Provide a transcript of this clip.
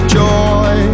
joy